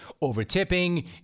over-tipping